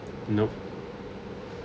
nope